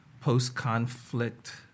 post-conflict